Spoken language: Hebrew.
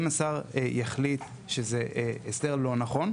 אם השר יחליט שזה הסדר לא נכון,